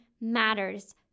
matters